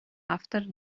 after